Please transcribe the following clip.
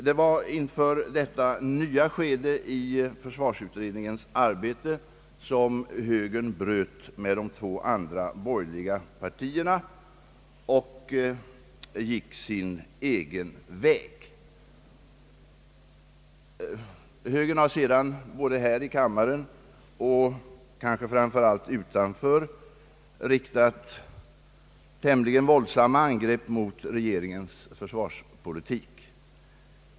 Det var inför detta nya skede i försvarsutredningens arbete som högern bröt med de två andra borgerliga partierna och gick sin egen väg. Högern har sedan både här i kammaren och kanske framför allt utanför riktat tämligen våldsamma angrepp mot regeringens försvarspolitik.